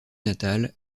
natale